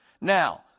Now